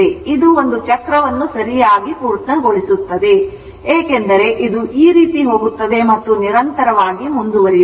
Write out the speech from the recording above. ಇದು ಒಂದು ಚಕ್ರವನ್ನು ಸರಿಯಾಗಿ ಪೂರ್ಣಗೊಳಿಸುತ್ತಿದೆ ಏಕೆಂದರೆ ಇದು ಈ ರೀತಿ ಹೋಗುತ್ತದೆ ಮತ್ತು ನಿರಂತರವಾಗಿ ಮುಂದುವರಿಯುತ್ತದೆ